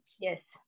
yes